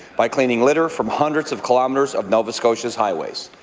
by cleaning litter from hundreds of kilometres of nova scotia's highways.